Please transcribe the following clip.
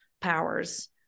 powers